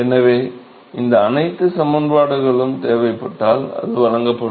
எனவே இந்த அனைத்துச் சமன்பாடுகளும் தேவைப்பட்டால் அது வழங்கப்படும்